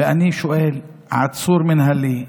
ואני שואל: עצור מינהלי,